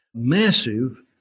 massive